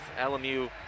LMU